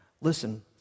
Listen